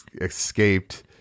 escaped